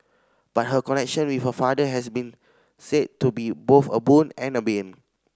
but her connection with her father has been said to be both a boon and a bane